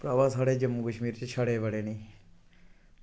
भ्रावा साढ़े जम्मू कश्मीर च छड़े बड़े न